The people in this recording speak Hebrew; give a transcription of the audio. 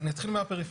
אני אתחיל מהפריפריה.